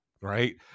right